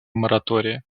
моратория